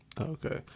Okay